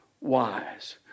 wise